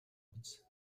биз